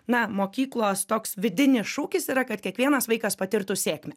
na mokyklos toks vidinis šūkis yra kad kiekvienas vaikas patirtų sėkmę